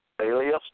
Alias